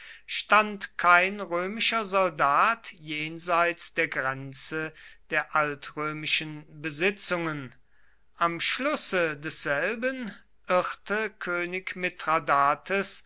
stand kein römischer soldat jenseits der grenze der altrömischen besitzungen am schlusse desselben irrte könig